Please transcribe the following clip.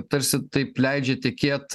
tarsi taip leidžia tekėt